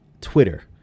Twitter